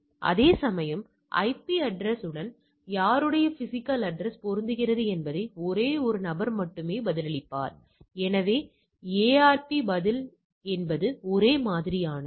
அதேசமயம் IP address உடன் யாருடைய பிஸிக்கல் அட்ரஸ் பொருந்துகிறது என்பதை ஒரே ஒரு நபர் மட்டுமே பதிலளிப்பார் எனவே ARP பதில் என்பது ஒரே மாதிரியானது